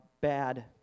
bad